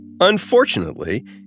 Unfortunately